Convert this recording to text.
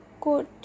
good